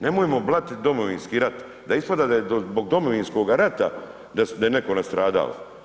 Nemojmo blatiti Domovinski rat, da ispada da je zbog Domovinskoga rata da je netko nastradao.